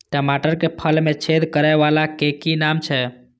टमाटर के फल में छेद करै वाला के कि नाम छै?